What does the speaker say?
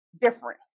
different